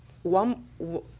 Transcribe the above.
One